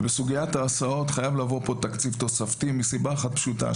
בסוגיית ההסעות חייב לבוא פה תקציב תוספתי מסיבה אחת פשוטה,